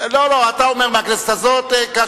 למה לא מהכנסת הזאת?